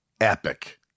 epic